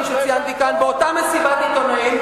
שציינתי כאן באותה מסיבת עיתונאים,